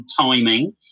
timing